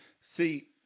See